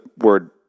word